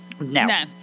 No